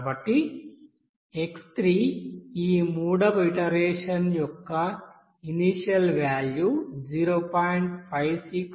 కాబట్టి x3 ఈ మూడవ ఇటరేషన్ యొక్క ఇనీషియల్ వ్యాల్యూ 0